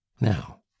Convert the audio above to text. Now